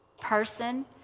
person